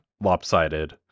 lopsided